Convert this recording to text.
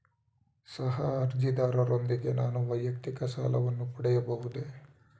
ಸಹ ಅರ್ಜಿದಾರರೊಂದಿಗೆ ನಾನು ವೈಯಕ್ತಿಕ ಸಾಲವನ್ನು ಪಡೆಯಬಹುದೇ?